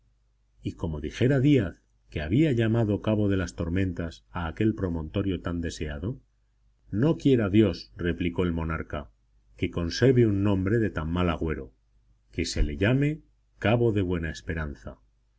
y como dijera díaz que había llamado cabo de las tormentas a aquel promontorio tan deseado no quiera dios replicó el monarca que conserve un nombre de tan mal agüero que se le llame cabo de buena esperanza